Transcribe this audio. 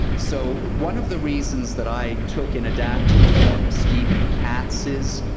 so one of the reasons that i took an adapted form, steven katz's